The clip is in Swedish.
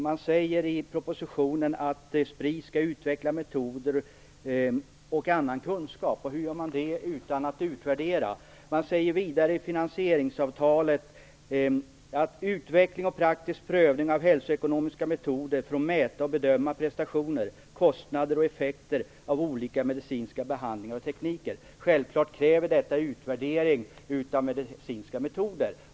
Man säger i propositionen att Spri skall utveckla metoder och annan kunskap, och hur gör man det utan att utvärdera? Man talar vidare i finansieringsavtalet om utveckling och praktisk prövning av hälsoekonomiska metoder för att mäta och bedöma prestationer, kostnader och effekter av olika medicinska behandlingar och tekniker. Självklart kräver detta utvärdering av medicinska metoder.